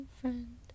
friend